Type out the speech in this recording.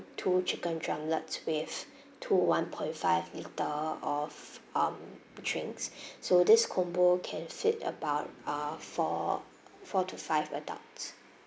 two chicken drumlets with two one point five litre of um drinks so this combo can fit about ah four four to five adults